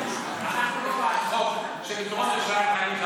אנחנו לא בעד חוק שבדרום ירושלים,